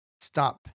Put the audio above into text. Stop